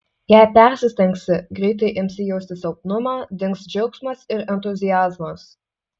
jei persistengsi greitai imsi jausti silpnumą dings džiaugsmas ir entuziazmas